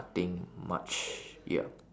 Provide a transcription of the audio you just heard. nothing much ya